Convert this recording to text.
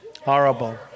Horrible